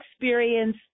experience